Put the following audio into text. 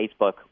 Facebook